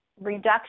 reduction